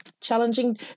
challenging